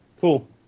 Cool